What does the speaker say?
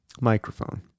Microphone